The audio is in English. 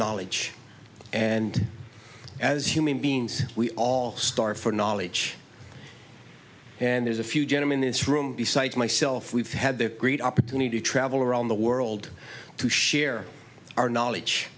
knowledge and as human beings we all star for knowledge and there's a few genom in this room besides myself we've had the great opportunity to travel around the world to share our knowledge